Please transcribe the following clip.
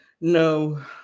no